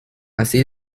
así